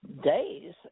days